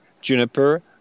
juniper